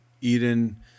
Eden